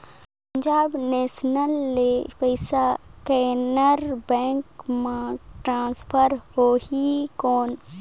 Punjab national ले पइसा Canara bank मे ट्रांसफर होहि कौन?